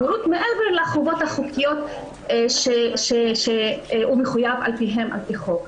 מעבר לחובות החוקיות שהוא מחויב להן על פי חוק.